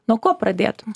nuo ko pradėtum